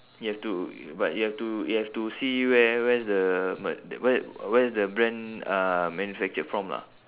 you have to you but you have to you have to see where where's the ma~ where where's the brand uh manufactured from lah